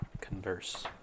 converse